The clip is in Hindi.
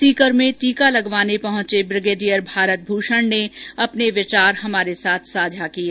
सीकर में टीका लगवाने पहुंचे ब्रिगेडियर भारत भूषण ने अपने विचार साझा किये